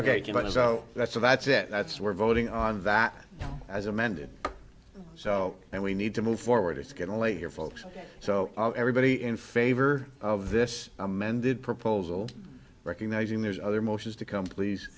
as that's a that's it that's we're voting on that as amended so and we need to move forward it's getting late here folks so everybody in favor of this amended proposal recognizing there's other motions to come please